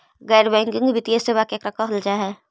गैर बैंकिंग वित्तीय सेबा केकरा कहल जा है?